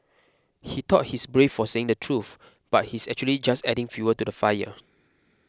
He thought he's brave for saying the truth but he's actually just adding fuel to the fire